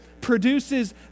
produces